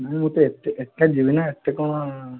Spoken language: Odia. ନାଇ ମୁଁ ତ ଏକା ଯିବି ନା ଏତେ କଣ